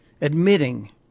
admitting